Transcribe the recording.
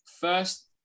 first